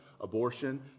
abortion